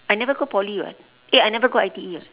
I never go poly [what] eh I never go I_T_E [what]